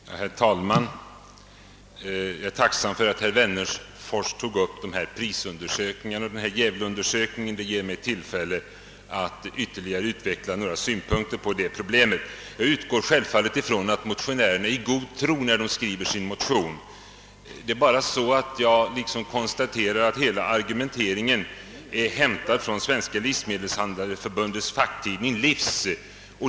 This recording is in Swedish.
Herr talman! Jag är tacksam för att herr Wennerfors tog upp Pprisundersökningarna och speciellt Gävleundersökningen. Det ger mig tillfälle att ytterligare utveckla några synpunkter på problemet. Jag utgår självfallet från att motionärerna varit i god tro, när de skrivit sin motion. Det är bara så att jag har anledning att konstatera, att hela argumenteringen är hämtad från Svenska livsmedelshandlareförbundets tidning »Livs».